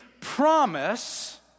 promise